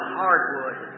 hardwood